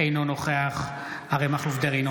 אינו נוכח אריה מכלוף דרעי,